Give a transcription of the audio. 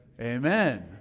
Amen